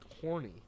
horny